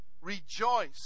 rejoice